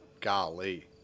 golly